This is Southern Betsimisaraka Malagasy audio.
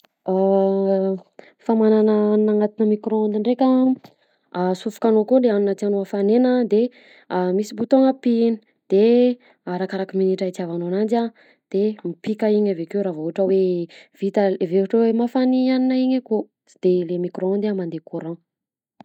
Famanana hanigna agnatina micro onde nndreka asofokanao akao le hanigna tiànao hafanena de misy bouton-gna pihina de arakaraka minitra itiavanao ananjy a de mipika iny avakeo raha vao ohatra hoe vita ohatra hoe mafana iny hanigna iny akao de le micro onde a mandeha courant.